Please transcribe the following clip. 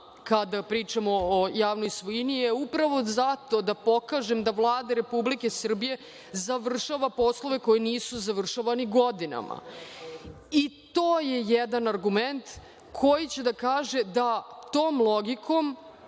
kada pričamo o javnoj svojini je upravo zato da pokažem da Vlada Republike Srbije završava poslove koji nisu završavani godinama. To je jedan argument koji će da kaže da tom logikom